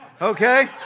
okay